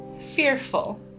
fearful